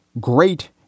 great